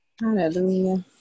Hallelujah